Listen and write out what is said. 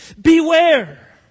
Beware